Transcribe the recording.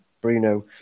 Bruno